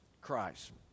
Christ